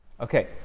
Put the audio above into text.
Okay